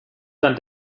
dann